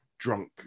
drunk